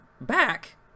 back